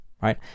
right